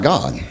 God